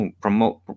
promote